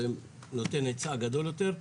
זה נותן היצע גדול יותר.